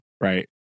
Right